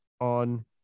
on